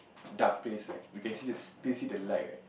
dark place right you can see the you can see the light right